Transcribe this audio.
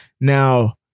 Now